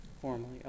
Formally